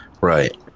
right